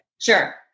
Sure